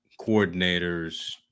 coordinators